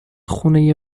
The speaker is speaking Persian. خونه